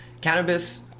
cannabis